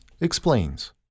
explains